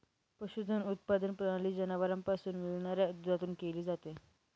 पशुधन उत्पादन प्रणाली जनावरांपासून मिळणाऱ्या दुधातून केली जाते